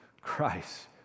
Christ